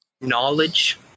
knowledge